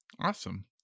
Awesome